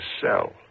cell